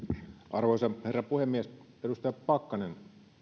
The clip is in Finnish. arvoisa herra puhemies edustaja pakkanen